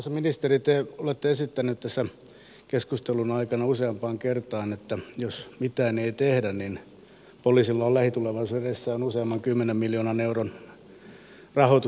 arvoisa ministeri te olette esittänyt tässä keskustelun aikana useampaan kertaan että jos mitään ei tehdä niin poliisilla on lähitulevaisuudessa edessään useamman kymmenen miljoonan euron rahoitusvaje